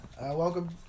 Welcome